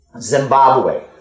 Zimbabwe